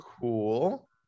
Cool